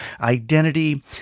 identity